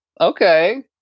Okay